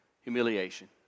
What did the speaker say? humiliation